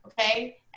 Okay